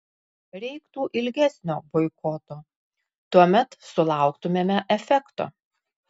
reiktų ilgesnio boikoto tuomet sulauktumėme efekto